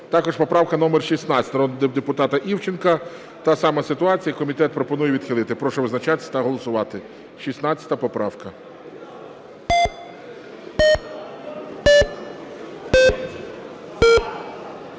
Також поправка номер 16 народного депутата Івченка. Та сама ситуація. Комітет пропонує відхилити. Прошу визначатися та голосувати. 16 поправка.